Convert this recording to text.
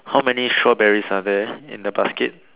how many strawberries are there in the basket